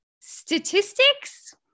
Statistics